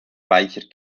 weicher